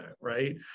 right